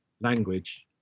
language